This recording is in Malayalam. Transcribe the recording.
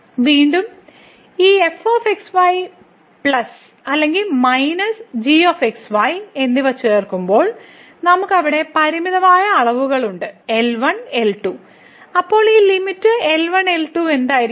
വീണ്ടും ഈ f x y പ്ലസ് അല്ലെങ്കിൽ മൈനസ് g x y എന്നിവ ചേർക്കുമ്പോൾ നമുക്ക് അവിടെ പരിമിതമായ അളവുകളുണ്ട് L1 L2 അപ്പോൾ ഈ ലിമിറ്റ് L1 L2 എന്നായിരിക്കും